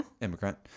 Immigrant